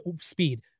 speed